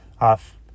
Off